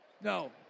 No